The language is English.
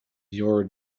your